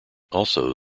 also